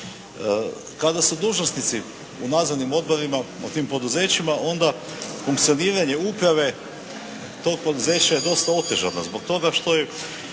Kada su dužnosnici u nadzornim odborima po tim poduzećima onda funkcioniranje uprave toga poduzeća je dosta otežano zbog toga što je